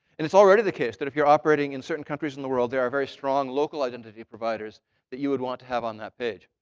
and it's already the case that if you're operating in certain countries in the world, there are very strong local identity providers that you would want to have on that page.